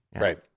Right